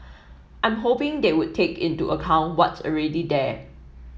I'm hoping they would take into account what's already there